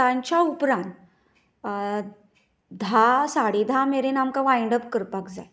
उपरांत धा साडे धा मेरेन आमकां वायंड अप करपाक जाय